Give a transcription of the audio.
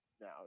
now